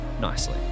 nicely